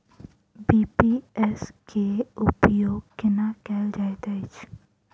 BBPS केँ उपयोग केना कएल जाइत अछि?